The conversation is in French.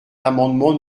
l’amendement